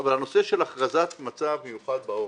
אבל הנושא של הכרזה על מצב מיוחד בעורף,